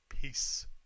Peace